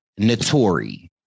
Notori